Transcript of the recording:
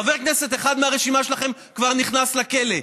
חבר כנסת אחד מהרשימה שלכם כבר נכנס לכלא,